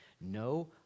No